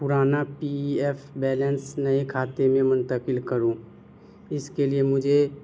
پرانا P F balance نئے کھاتے میں منتقل کروں اس کے لیے مجھے